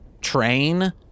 train